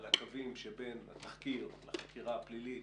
הקווים שבין התחקיר לחקירה הפלילית,